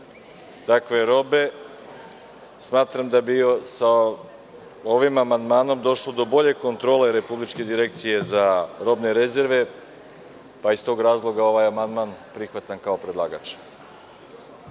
takve robe, smatram da bi sa ovim amandmanom došlo do bolje kontrole Republičke direkcije za robne rezerve, pa iz tog razloga ovaj amandman prihvatam kao predlagač.